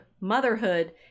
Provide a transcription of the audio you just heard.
motherhood